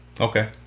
okay